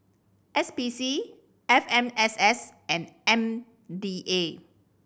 S P C F M S S and M D A